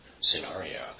Scenario